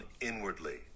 inwardly